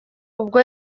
ubwo